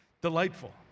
delightful